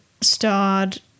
starred